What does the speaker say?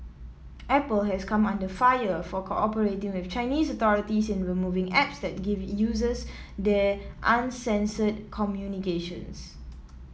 apple has come under fire for cooperating with Chinese authorities in removing apps that give users there uncensored communications